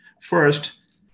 First